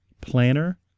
planner